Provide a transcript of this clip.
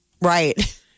Right